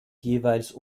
jeweils